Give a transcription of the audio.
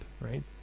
right